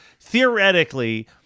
theoretically